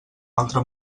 altre